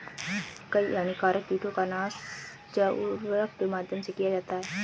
कई हानिकारक कीटों का नाश जैव उर्वरक के माध्यम से किया जा सकता है